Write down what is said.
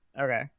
Okay